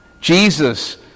Jesus